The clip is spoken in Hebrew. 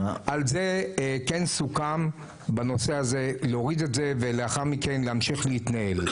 על זה כן סוכם בנושא הזה להוריד את זה ולאחר מכן להמשיך להתנהל.